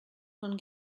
von